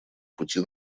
пути